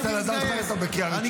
והילדים שלך מתגייסים בגיל 19 ו-20.